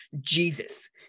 jesus